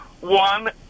One